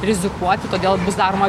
rizikuoti todėl bus daroma